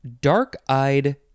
dark-eyed